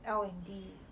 L&D